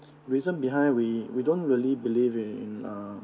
reason behind we we don't really believe in um